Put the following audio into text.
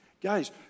guys